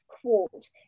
quote